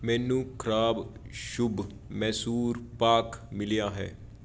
ਮੈਨੂੰ ਖ਼ਰਾਬ ਸ਼ੁੱਬ ਮੈਸੂਰ ਪਾਕ ਮਿਲਿਆ ਹੈ